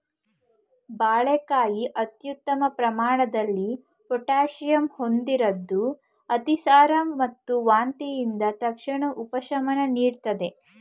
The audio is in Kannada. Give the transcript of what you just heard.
ಬಾಳೆಕಾಯಿ ಅತ್ಯುತ್ತಮ ಪ್ರಮಾಣದಲ್ಲಿ ಪೊಟ್ಯಾಷಿಯಂ ಹೊಂದಿರದ್ದು ಅತಿಸಾರ ಮತ್ತು ವಾಂತಿಯಿಂದ ತಕ್ಷಣದ ಉಪಶಮನ ನೀಡ್ತದೆ